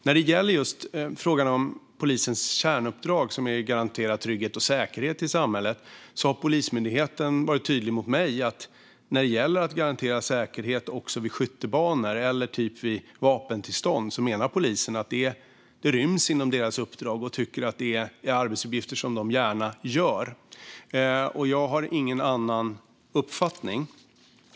När det gäller frågan om polisens kärnuppdrag, att garantera trygghet och säkerhet i samhället, har Polismyndigheten varit tydlig mot mig: När det gäller att garantera säkerhet också vid skjutbanor och vid vapentillstånd menar polisen att detta ryms inom deras uppdrag och att det är arbetsuppgifter som de gärna utför. Jag har ingen annan uppfattning.